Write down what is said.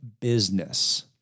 business